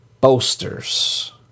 Boasters